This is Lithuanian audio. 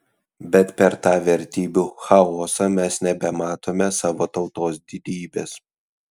bet per tą vertybių chaosą mes nebematome savo tautos didybės